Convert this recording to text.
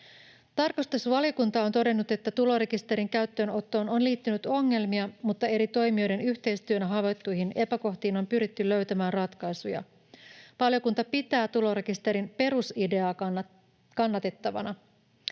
Tarkastusvaliokunta on todennut, että tulorekisterin käyttöönottoon on liittynyt ongelmia, mutta eri toimijoiden yhteistyönä havaittuihin epäkohtiin on pyritty löytämään ratkaisuja. Valiokunta pitää tulorekisterin perusideaa kannatettavana.